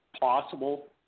possible